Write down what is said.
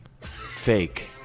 Fake